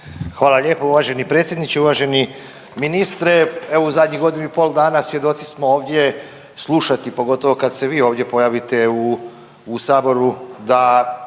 Hvala lijepo uvaženi predsjedniče. Uvaženi ministre, evo u zadnjih godinu i pol dana svjedoci smo ovdje slušati pogotovo kad se vi ovdje pojavite u saboru da